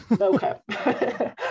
Okay